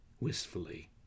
wistfully